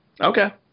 Okay